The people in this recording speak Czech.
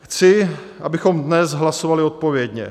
Chci, abychom dnes hlasovali odpovědně.